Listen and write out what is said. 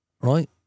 right